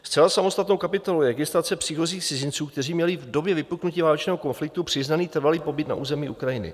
Zcela samostatnou kapitolou je registrace příchozích cizinců, kteří měli v době vypuknutí válečného konfliktu přiznaný trvalý pobyt na území Ukrajiny.